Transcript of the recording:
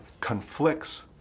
conflicts